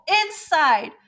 inside